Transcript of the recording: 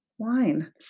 Wine